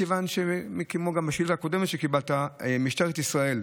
כיוון שכמו התשובה בשאילתה הקודמת, משטרת ישראל,